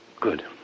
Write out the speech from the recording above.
Good